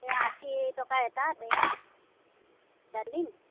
এয়া আশী টকাত এটা এইয়া ডালিম